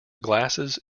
glasses